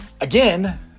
again